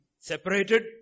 Separated